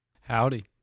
Howdy